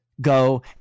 go